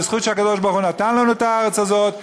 בזכות שהקדוש-ברוך-הוא נתן לנו את הארץ הזאת.